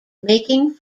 making